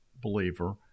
believer